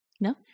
no